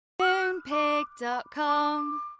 Moonpig.com